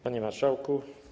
Panie Marszałku!